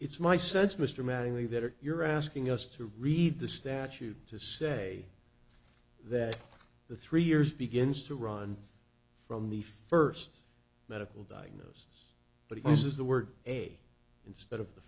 it's my sense mr mattingly that you're asking us to read the statute to say that the three years begins to run from the first medical diagnosis but he uses the word a instead of the